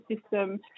system